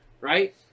Right